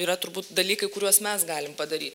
yra turbūt dalykai kuriuos mes galim padaryt